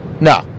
No